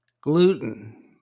Gluten